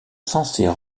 censées